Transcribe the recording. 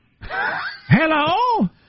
Hello